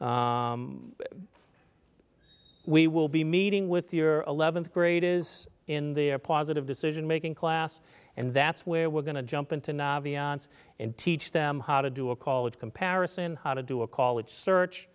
we will be meeting with your eleventh grade is in their positive decision making class and that's where we're going to jump into navi onse and teach them how to do a college comparison how to do a college search